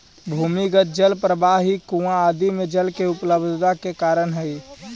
भूमिगत जल प्रवाह ही कुआँ आदि में जल के उपलब्धता के कारण हई